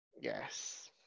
Yes